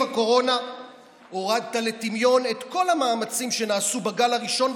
הקורונה והורדת לטמיון את כל המאמצים שנעשו בגל הראשון,